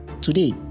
Today